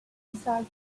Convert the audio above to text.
missile